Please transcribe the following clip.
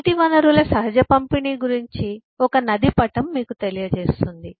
నీటి వనరుల సహజ పంపిణీ గురించి ఒక నది పటం మీకు తెలియజేస్తుంది